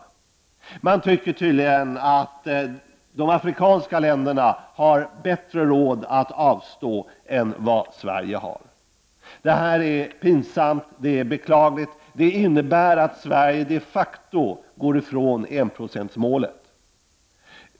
Den socialdemokratiska regeringen tycker tydligen att de afrikanska länderna har bättre råd att avstå än vad Sverige har. Detta är pinsamt och beklagligt samt innebär att Sverige de facto går ifrån enprocentsmålet.